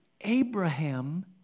Abraham